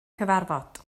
cyfarfod